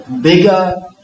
bigger